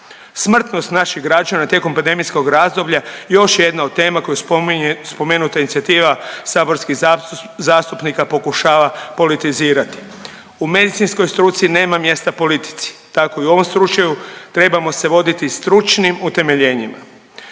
Smrtnost naših građana tijekom pandemijskog razdoblja još je jedna od tema koja spominje spomenuta inicijativa saborskih zastupnika pokušava politizirati. U medicinskoj struci nema mjesta politici, tako i u ovoj stručaju, trebamo se voditi stručnim utemeljenjima.